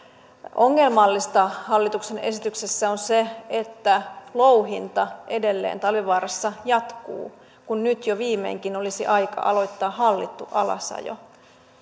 ongelmallista hallituksen esityksessä on se että louhinta edelleen talvivaarassa jatkuu kun nyt jo viimeinkin olisi aika aloittaa hallittu alasajo